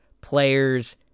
Players